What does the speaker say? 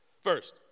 First